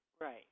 Right